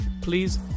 Please